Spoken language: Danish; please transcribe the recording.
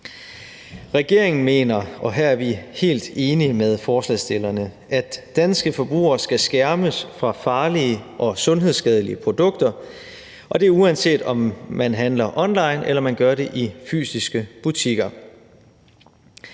Regeringen mener – og her er vi helt enige med forslagsstillerne – at danske forbrugere skal skærmes fra farlige og sundhedsskadelige produkter, og det er, uanset om man handler online, eller om man gør det i fysiske butikker.